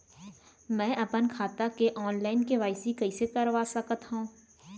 मैं अपन खाता के ऑनलाइन के.वाई.सी कइसे करा सकत हव?